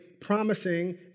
promising